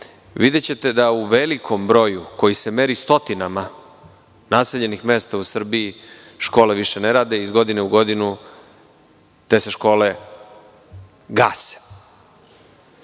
videćete da u velikom broju koji se meri stotinama naseljenih mesta u Srbiji, škole više ne rade. Iz godine u godinu se te škole